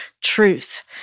Truth